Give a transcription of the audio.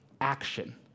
action